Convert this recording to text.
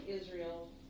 Israel